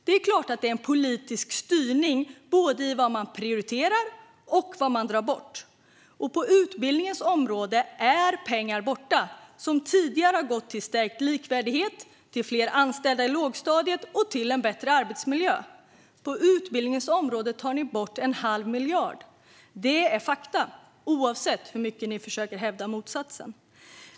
Det är klart att det är en politisk styrning både i vad man prioriterar och i vad man drar bort. På utbildningens område är pengar borta som tidigare har gått till stärkt likvärdighet, till fler anställda i lågstadiet och till en bättre arbetsmiljö. På utbildningens område tar ni bort en halv miljard. Det är fakta, oavsett hur mycket ni försöker hävda motsatsen.